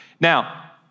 Now